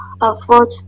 afford